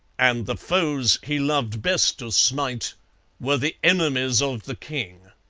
and the foes he loved best to smite were the enemies of the king.